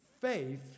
faith